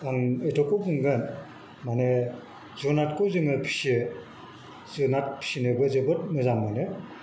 आं एथ'खौ बुंगोन माने जुनारखौ जोङो फिसियो जुनार फिसिनोबो जोबोद मोजां मोनो